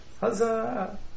Huzzah